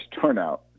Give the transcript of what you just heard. turnout